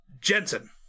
Jensen